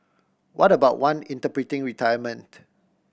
what about one interpreting retirement